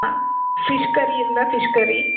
fish கறி இருந்தால் fish கறி